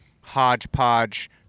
hodgepodge